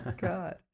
God